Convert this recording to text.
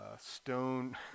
Stone